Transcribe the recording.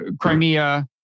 Crimea